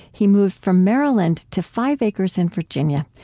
he moved from maryland to five acres in virginia,